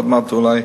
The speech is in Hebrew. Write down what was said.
ועוד מעט אולי,